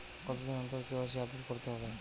কতদিন অন্তর KYC update করতে হবে?